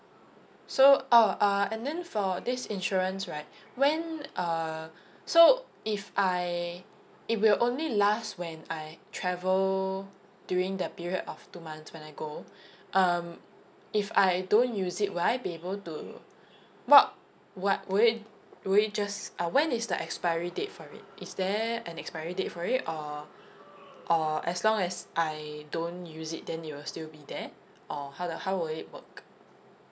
so oh uh and then for this insurance right when uh so if I it will only last when I travel during the period of two months when I go um if I don't use it will I be able to what what will it will it just uh when is the expiry date for it is there an expiry date for it or or as long as I don't use it then it will still be there or how the how will it work